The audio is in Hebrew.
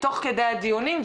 תוך כדי הדיונים,